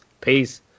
Peace